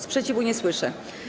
Sprzeciwu nie słyszę.